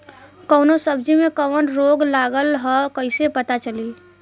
कौनो सब्ज़ी में कवन रोग लागल ह कईसे पता चली?